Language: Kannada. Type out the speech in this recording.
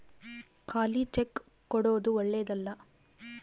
ಖಾಲಿ ಚೆಕ್ ಕೊಡೊದು ಓಳ್ಳೆದಲ್ಲ